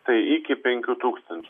tai iki penkių tūkstančių